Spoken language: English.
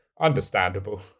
Understandable